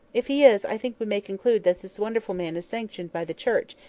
if he is, i think we may conclude that this wonderful man is sanctioned by the church,